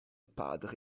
padre